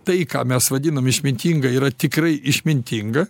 tai ką mes vadinam išmintinga yra tikrai išmintinga